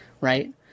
right